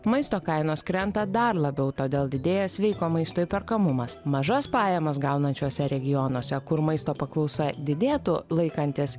maisto kainos krenta dar labiau todėl didėja sveiko maisto įperkamumas mažas pajamas gaunančiuose regionuose kur maisto paklausa didėtų laikantis